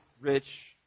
rich